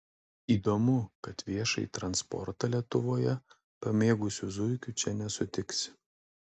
įdomu kad viešąjį transportą lietuvoje pamėgusių zuikių čia nesutiksi